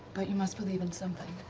but you must believe in something.